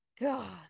God